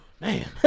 man